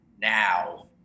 now